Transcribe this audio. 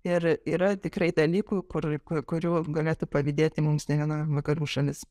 ir yra tikrai dalykų kur ku kurių galėtų pavydėti mums nė viena vakarų šalis